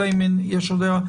אלא אם יש עוד דעה,